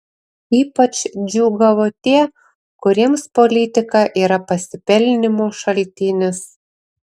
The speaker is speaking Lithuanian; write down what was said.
ypač džiūgavo tie kuriems politika yra pasipelnymo šaltinis